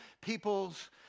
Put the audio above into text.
people's